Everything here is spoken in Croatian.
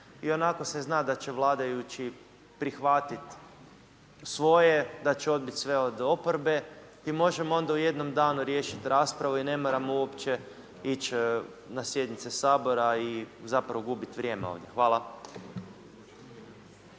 i onako se zna da će vladajući prihvatit svoje, da će odbit sve od oporbe i možemo onda u jednom danu riješit raspravu i ne moramo uopće ići na sjednice sabora i zapravo gubit vrijeme ovdje. Hvala.